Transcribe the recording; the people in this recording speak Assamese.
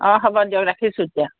অঁ হ'ব দিয়ক ৰাখিছোঁ এতিয়া